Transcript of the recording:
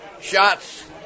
shots